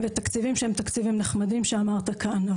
ותקציבים שהם תקציבים נחמדים שאמרת כאן,